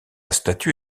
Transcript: statue